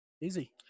Easy